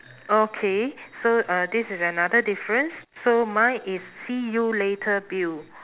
okay so uh this is another difference so mine is see you later bill